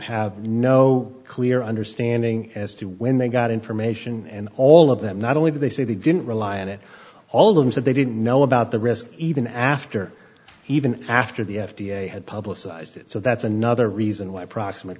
have no clear understanding as to when they got information and all of that not only did they say they didn't rely on it all of them said they didn't know about the risk even after even after the f d a had publicized it so that's another reason why proximate